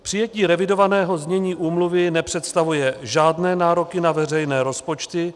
Přijetí revidovaného znění úmluvy nepředstavuje žádné nároky na veřejné rozpočty.